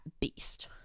beast